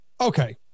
okay